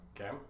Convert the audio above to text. Okay